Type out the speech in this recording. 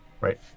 right